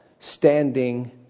Standing